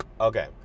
Okay